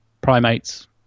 primates